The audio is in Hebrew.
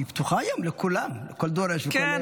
היא פתוחה היום לכולם, לכל דורש, שבעה ימים בשבוע.